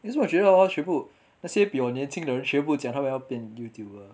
可是我觉得全部那些比我年轻的人全部讲他们要变 youtuber